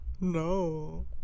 No